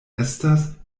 estas